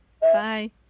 Bye